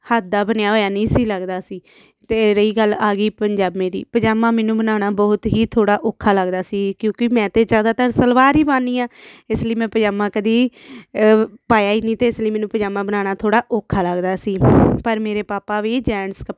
ਹੱਥ ਦਾ ਬਣਿਆ ਹੋਇਆ ਨਹੀਂ ਸੀ ਲੱਗਦਾ ਸੀ ਅਤੇ ਰਹੀ ਗੱਲ ਆ ਗਈ ਪਜਾਮੇ ਦੀ ਪਜਾਮਾ ਮੈਨੂੰ ਬਣਾਉਣਾ ਬਹੁਤ ਹੀ ਥੋੜ੍ਹਾ ਔਖਾ ਲੱਗਦਾ ਸੀ ਕਿਉਂਕਿ ਮੈਂ ਤਾਂ ਜ਼ਿਆਦਾਤਰ ਸਲਵਾਰ ਹੀ ਪਾਉਂਦੀ ਹਾਂ ਇਸ ਲਈ ਮੈਂ ਪਜਾਮਾ ਕਦੇ ਪਾਇਆ ਹੀ ਨਹੀਂ ਅਤੇ ਇਸ ਲਈ ਮੈਨੂੰ ਪਜਾਮਾ ਬਣਾਉਣਾ ਥੋੜ੍ਹਾ ਔਖਾ ਲੱਗਦਾ ਸੀ ਪਰ ਮੇਰੇ ਪਾਪਾ ਵੀ ਜੈਂਟਸ ਕਪ